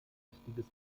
wichtiges